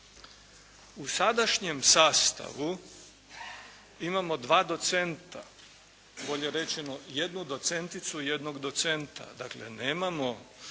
U sadašnjem sastavu imamo dva docenta, bolje rečeno jednu docenticu i jednog docenta. Dakle nemamo